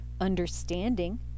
understanding